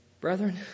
Brethren